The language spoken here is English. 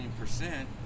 percent